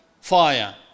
fire